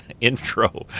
intro